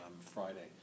Friday